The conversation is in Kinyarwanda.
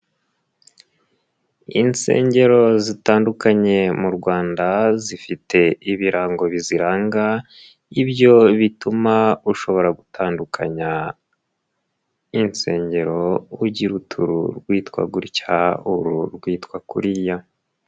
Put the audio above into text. Insengero zitandukanye mu Rwanda zifite ibirango biziranga, ibyo bituma ushobora gutandukanya insengero ugira uti uru rwitwa gutya uru rwitwa kuriya.